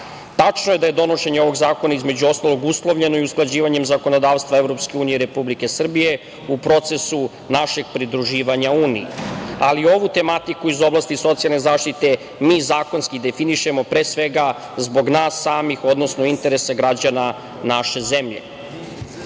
prava. Tačno je da je donošenje ovog zakona između ostalog uslovljeno i usklađivanjem zakonodavstva EU i Republike Srbije u procesu našeg pridruživanja Uniji, ali ovu tematiku iz oblasti socijalne zaštite mi zakonski definišemo pre svega zbog nas samih, odnosno interesa građana naše zemlje. Ovaj